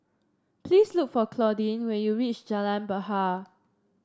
please look for Claudine when you reach Jalan Bahar